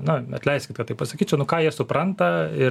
na atleiskit kad taip pasakysiu nu ką jie supranta ir